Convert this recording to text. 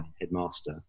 headmaster